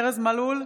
ארז מלול,